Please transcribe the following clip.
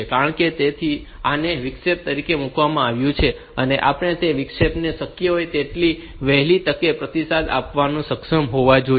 કારણ કે તેથી જ આને વિક્ષેપ તરીકે મૂકવામાં આવ્યું છે અને આપણે તે વિક્ષેપોને શક્ય તેટલી વહેલી તકે પ્રતિસાદ આપવા સક્ષમ હોવા જોઈએ